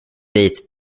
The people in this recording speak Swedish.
vit